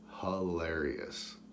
hilarious